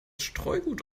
streugut